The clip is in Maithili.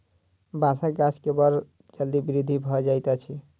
बांसक गाछ के बड़ जल्दी वृद्धि भ जाइत अछि